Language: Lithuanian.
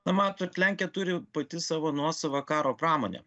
na matot lenkija turi pati savo nuosavą karo pramonę